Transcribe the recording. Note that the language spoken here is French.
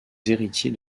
héritiers